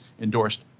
endorsed